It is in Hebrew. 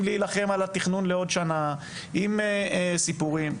לחימה על התכנון לעוד שנה ועוד סיפורים.